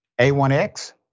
A1X